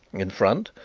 in front,